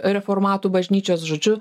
reformatų bažnyčios žodžiu